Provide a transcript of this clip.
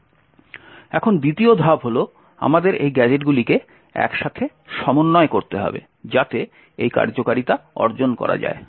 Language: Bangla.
সুতরাং দ্বিতীয় ধাপ হল আমাদের এই গ্যাজেটগুলিকে একসাথে সমন্বয় করতে হবে যাতে এই কার্যকারিতা অর্জন করা যায়